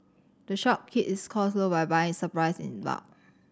the shop keeps cost low by buying its supplies in bulk